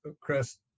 Chris